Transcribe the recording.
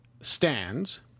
stands